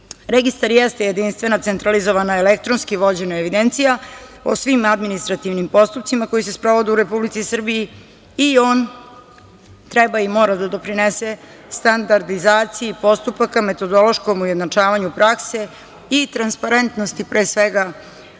jeste jedinstvena centralizovana elektronski vođena evidencija o svim administrativnim postupcima koji se sprovode u Republici Srbiji i on treba i mora da doprinese standardizaciji postupaka, metodološkom ujednačavanju prakse i transparentnosti pre svega